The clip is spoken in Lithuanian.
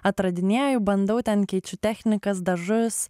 atradinėju bandau ten keičiu technikas dažus